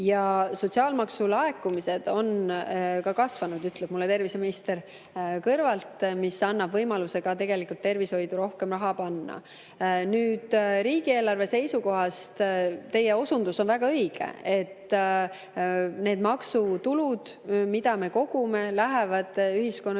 Ja sotsiaalmaksu laekumised on kasvanud, ütleb mulle terviseminister kõrvalt, mis annab võimaluse tervishoidu rohkem raha panna. Nüüd, riigieelarve seisukohast on teie osundus on väga õige. Need maksutulud, mida me kogume, lähevad ühiskonna hüvanguks